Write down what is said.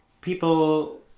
people